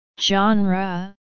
genre